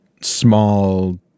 small